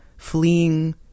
fleeing